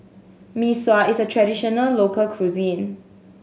Mee Sua is a traditional local cuisine